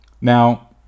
Now